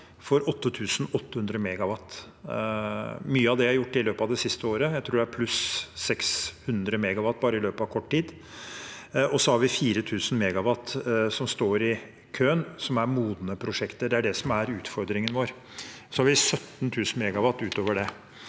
for 8 800 MW. Mye av det er gjort i løpet av det siste året. Jeg tror det er pluss 600 MW bare i løpet av kort tid, og så har vi 4 000 MW som står i køen, som er modne prosjekter. Det er det som er utfordringen vår. Vi har 17 000 MW utover det.